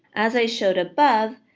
as i showed above,